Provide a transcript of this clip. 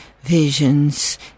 Visions